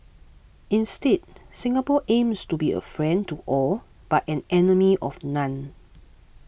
instead Singapore aims to be a friend to all but an enemy of none